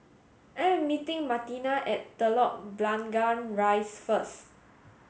I am meeting Martina at Telok Blangah Rise first